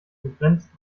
begrenzt